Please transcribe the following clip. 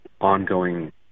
ongoing